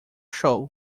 show